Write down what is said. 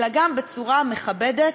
אלא גם בצורה מכבדת,